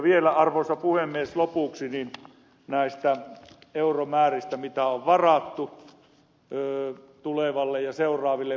vielä arvoisa puhemies lopuksi näistä euromääristä joita on varattu tulevalle ja seuraaville vuosille